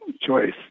choice